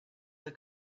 the